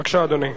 בבקשה, אדוני.